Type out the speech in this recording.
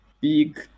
big